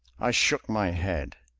i shook my head.